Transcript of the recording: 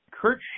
Kurt